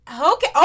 okay